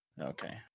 Okay